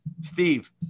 Steve